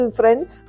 friends